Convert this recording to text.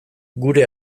gure